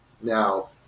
Now